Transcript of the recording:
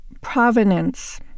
Provenance